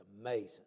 amazing